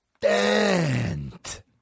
dent